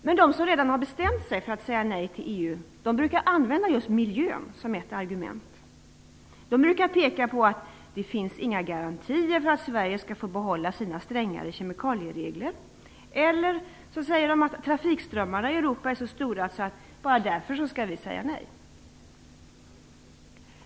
Men de som redan har bestämt sig för att säga nej till EU brukar använda miljön som ett argument. De brukar peka på att det inte finns garantier för att Sverige skall få behålla sina strängare kemikalieregler eller att trafikströmmarna i Europa är så stora att vi bara därför skall säga nej.